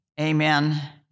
Amen